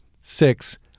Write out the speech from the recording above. six